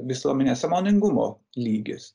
visuomenės sąmoningumo lygis